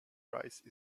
rice